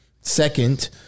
Second